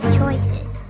choices